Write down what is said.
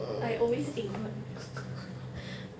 I always 赢 [one]